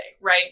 right